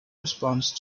response